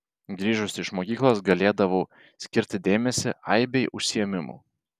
grįžusi iš mokyklos galėdavau skirti dėmesį aibei užsiėmimų